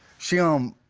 she, um,